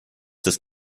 des